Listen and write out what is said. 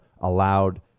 allowed